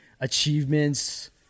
achievements